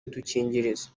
udukingirizo